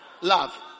Love